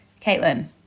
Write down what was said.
Caitlin